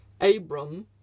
Abram